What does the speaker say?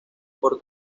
por